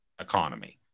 economy